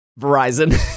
Verizon